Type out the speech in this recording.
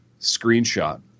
screenshot